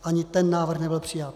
Ani ten návrh nebyl přijat.